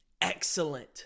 excellent